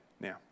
now